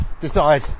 decide